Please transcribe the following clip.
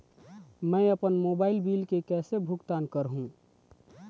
मैं अपन mobile bill के कैसे भुगतान कर हूं?